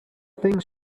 things